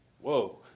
Whoa